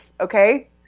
okay